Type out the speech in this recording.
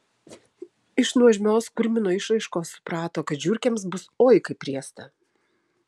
iš nuožmios kurmino išraiškos suprato kad žiurkėms bus oi kaip riesta